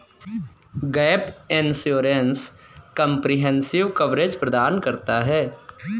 gap insurance comprehensive coverage प्रदान करता है